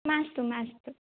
मास्तु मास्तु